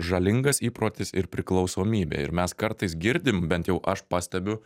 žalingas įprotis ir priklausomybė ir mes kartais girdim bent jau aš pastebiu